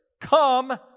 come